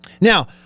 Now